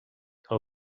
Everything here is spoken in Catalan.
que